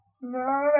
No